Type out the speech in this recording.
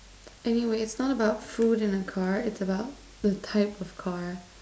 anyway it's not about food in a car it's about the type of car